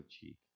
cheek